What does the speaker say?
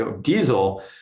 diesel